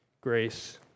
grace